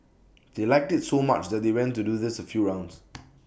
they liked IT so much that they went to do this A few rounds